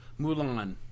Mulan